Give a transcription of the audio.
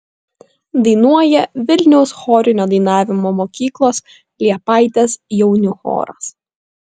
dainuoja vilniaus chorinio dainavimo mokyklos liepaitės jaunių choras